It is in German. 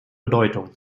bedeutung